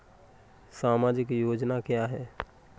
सामाजिक योजना क्या है?